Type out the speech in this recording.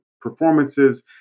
performances